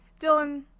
dylan